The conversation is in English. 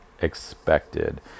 expected